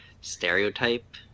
stereotype